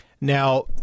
Now